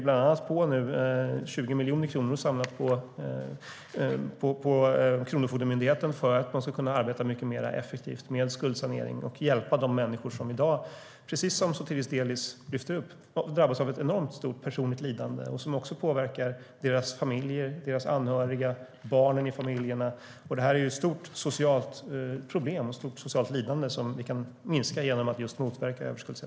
Bland annat lägger vi 20 miljoner kronor på Kronofogdemyndigheten för att de ska kunna arbeta mer effektivt med skuldsanering och hjälpa dem som i dag drabbas av stort personligt lidande, vilket påverkar deras familjer och andra anhöriga. Genom att motverka överskuldsättning kan vi minska ett stort socialt problem som innebär ett stort socialt lidande.